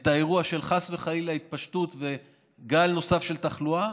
את האירוע של התפשטות וגל נוסף של תחלואה,